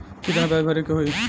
कितना ब्याज भरे के होई?